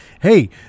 hey